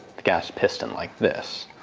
the gas piston like this,